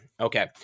okay